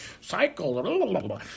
cycle